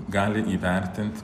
gali įvertint